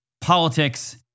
politics